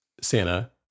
Santa